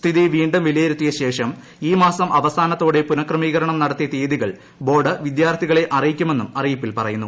സ്ഥിതി വീണ്ടും വിലയിരുത്തിയ ശേഷം ഈ മാസം അവസാനത്തോടെ പുനഃക്രമീകരണം നടത്തിയ തീയതികൾ ബോർഡ് വിദ്യാർത്ഥികളെ അറിയിക്കുമെന്നും അറിയിപ്പിൽ പറയുന്നു